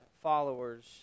followers